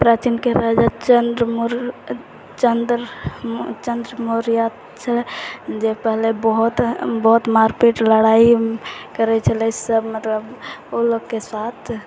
प्राचीनके राजा चन्द्र मौर्य छलै जे पहले बहुत बहुत मारिपीट लड़ाइ करै छलै सब मतलब ओ लोकके साथ